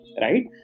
Right